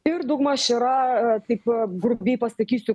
ir daugmaž yra taip grubiai pasakysiu